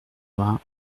vingt